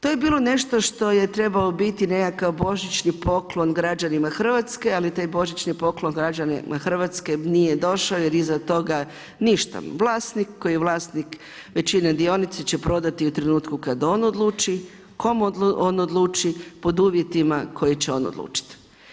To je bilo nešto što je trebao biti nekakav božićni poklon građanima Hrvatske ali taj božićni poklon građanima Hrvatske nije došao jer iza toga, ništa, vlasnik koji je vlasnik većine dionica će prodati u trenutku kad on odluči, kome on odluči, pod uvjetima koje će on odlučiti.